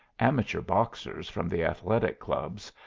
amateur boxers from the athletic clubs,